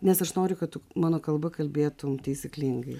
nes aš noriu kad tu mano kalba kalbėtum taisyklingai